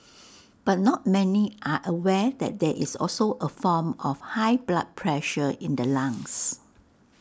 but not many are aware that there is also A form of high blood pressure in the lungs